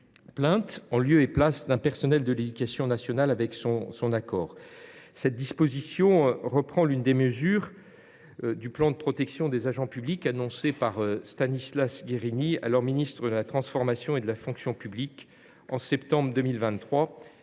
plainte en lieu et place d’un personnel de l’éducation nationale, avec son accord. Cette disposition reprend l’une des mesures du plan de protection des agents publics annoncé par Stanislas Guerini, alors ministre de la transformation et de la fonction publiques, en septembre 2023,